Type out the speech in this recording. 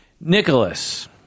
Nicholas